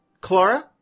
Clara